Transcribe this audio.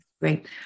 great